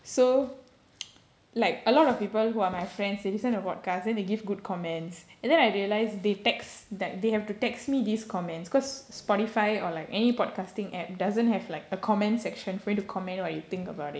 so like a lot of people who are my friends they listen to podcast then they give good comments and then I realised they text that they have to text me these comments because Spotify or like any podcasting app doesn't have like a comments section for you to comment what you think about it